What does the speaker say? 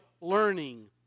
learning